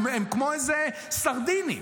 הם כמו איזה סרדינים.